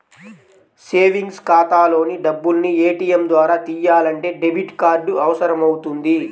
savings ఖాతాలోని డబ్బుల్ని ATM ద్వారా తియ్యాలంటే డెబిట్ కార్డు అవసరమవుతుంది